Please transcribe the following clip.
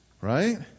right